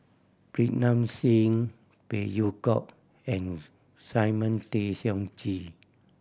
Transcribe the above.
Pritam Singh Phey Yew Kok and Simon Tay Seong Chee